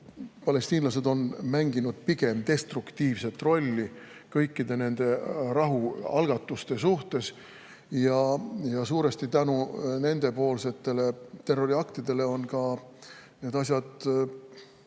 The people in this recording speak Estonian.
palestiinlased on mänginud pigem destruktiivset rolli kõikide nende rahualgatuste suhtes ja suuresti tänu nende terroriaktidele on ka need asjad